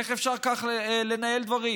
איך אפשר כך לנהל דברים?